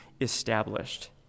established